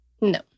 No